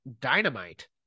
Dynamite